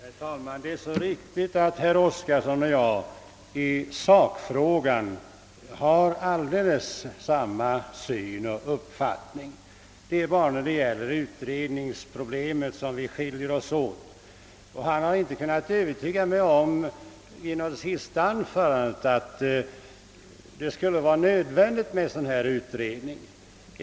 Herr talman! Det är riktigt att herr Oskarson och jag har alldeles samma uppfattning i sakfrågan. Det är bara när det gäller utredningsproblemet som vi har olika uppfattningar. Han har inte genom sina senaste anföranden kunnat övertyga mig om att det skulle vara nödvändigt med en ny utredning.